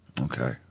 Okay